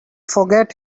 forget